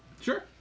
Sure